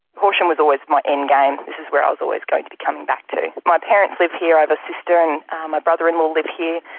horsham was always my endgame this is where i was always going to be coming back to. my parents live here, i have a sister and my brother-in-law live here,